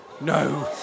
no